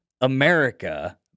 America